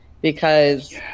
because-